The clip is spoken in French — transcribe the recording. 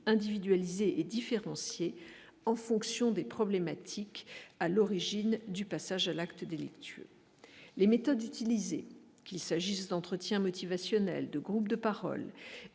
individualisé et différenciée en fonction des problématiques à l'origine du passage à l'acte délictueux les méthodes utilisées, qu'il s'agisse d'entretien motivation de groupes de parole